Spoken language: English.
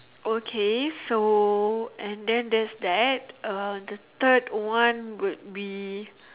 okay so and then there's that uh the third one would be